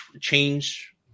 change